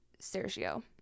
Sergio